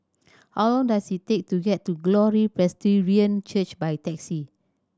how long does it take to get to Glory Presbyterian Church by taxi